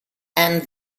and